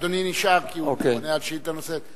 אדוני נשאר, כי הוא עונה על שאילתא נוספת.